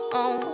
on